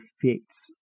effects